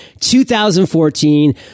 2014